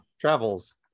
Travels